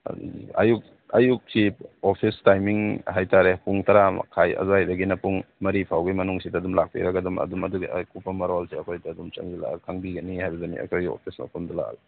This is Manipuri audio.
ꯑꯌꯨꯛ ꯑꯌꯨꯛꯁꯤ ꯑꯣꯐꯤꯁ ꯇꯥꯏꯃꯤꯡ ꯍꯥꯏ ꯇꯥꯔꯦ ꯄꯨꯡ ꯇꯔꯥ ꯃꯈꯥꯏ ꯑꯗꯨꯋꯥꯏꯗꯒꯤꯅ ꯄꯨꯡ ꯃꯔꯤ ꯐꯥꯎꯒꯤ ꯃꯅꯨꯡꯗ ꯑꯗꯨꯝ ꯂꯥꯛꯄꯤꯔꯒ ꯑꯗꯨꯝ ꯑꯗꯨꯝ ꯑꯗꯨꯒꯤ ꯑꯀꯨꯞꯄ ꯃꯔꯣꯜꯁꯤ ꯑꯩꯈꯣꯏꯗ ꯑꯗꯨꯝ ꯆꯪꯁꯤꯜꯂꯛꯑꯒ ꯈꯪꯕꯤꯒꯅꯤ ꯍꯥꯏꯕꯗꯨꯅꯤ ꯑꯩꯈꯣꯏꯒꯤ ꯑꯣꯐꯤꯁ ꯃꯐꯝꯗ ꯂꯥꯛꯑꯒ